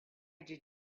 did